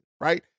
right